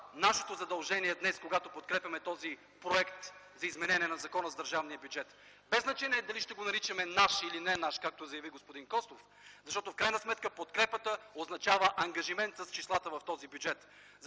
нашето задължение днес е, когато подкрепяме този проект за изменение на Закона за държавния бюджет без значение дали ще го наричаме „наш” или „не наш”, както заяви господин Костов, защото в крайна сметка подкрепата означава ангажимент с числата в този бюджет.